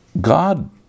God